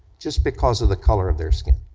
just because of the color of their skin?